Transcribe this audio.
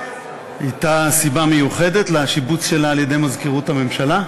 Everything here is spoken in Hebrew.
הייתה סיבה מיוחדת לשיבוץ שלה על-ידי מזכירות הממשלה?